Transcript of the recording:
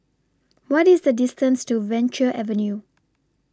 What IS The distance to Venture Avenue